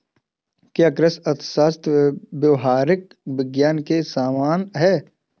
क्या कृषि अर्थशास्त्र व्यावहारिक विज्ञान के समान है?